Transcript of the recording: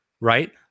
right